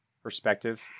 perspective